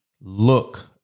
look